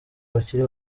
bakiri